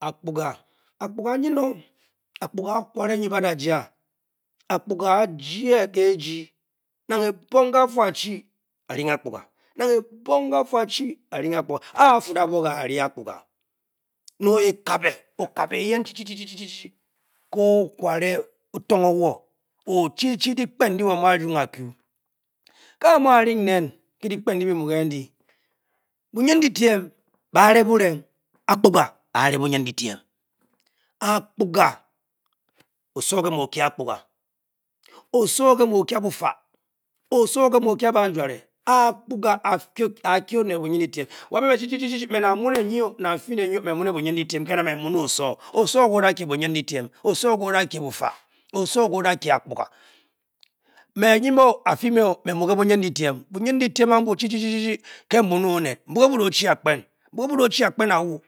Akpuga. akpuga a'nyn-o akpuga a'kware nyi ba' da fa akpuga a'jée kiiji nang ebong ke-a'fu a-chi avrnḡ akpuga. a'fut' abwo ke ari akpuga. nang o'ka'be-eyen ke-o kware o'tong wo-o-chi-chi dyikpen dyi a’ mu’ kumg áku kà a mù aring nen ke dyikpen ndyi byi mu ke ndyi bunindidy me bàre bu'reing akpuga ààre bunindidy me akpuga osowo kè mu. O kye. a akpuga osowo ke mau o-kye bufa, osowo kē mu o-kye bah juare, akugaŋ ààkye onet bunindydme, wá me chi-chi nang mu kpa fi me-o mē mu ne bunidu dyine ke na me mùne osowo, osowo ke‘ o-da kye akpuga, nang afi me-o me bhu ke’bunindi dyine, bunindi dyine chi-chi ke bu’ ne onet, nbu ke bu da òòlchi akpen n’bu’ ke bu'da' o-chi akpen a'wu.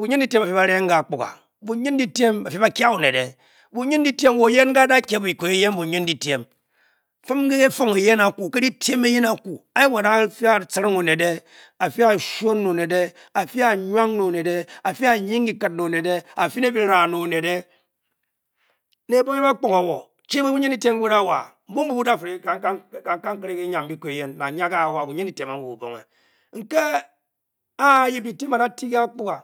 bunindydyme ba'fu bareing ke' akpuga a'bunindidyme ba'fu ba'kyin onet o wo yen kye-a'da' kye by'kōo bunin didyme. fum ke'didyme eyen ke a"fu nwa ne onet. afi atciring. onet afi nyeing kiket ne onet a'fy'né byiváá ne' onet. e ebong kyi ba kpok-o-wo chi bunindidyme ke-bu wa'a. nke a-yip dyidyme a'fi káá akpuga